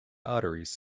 arteries